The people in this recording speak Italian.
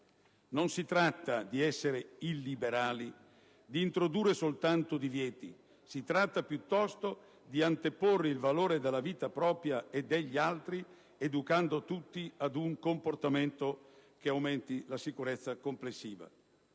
Non si tratta di essere illiberali, di introdurre soltanto divieti, si tratta piuttosto di anteporre il valore della vita, propria e degli altri, educando tutti ad un comportamento che aumenti la sicurezza complessiva.